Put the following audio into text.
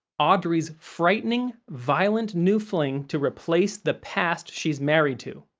audrey's frightening, violent new fling to replace the past she's married to.